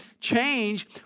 change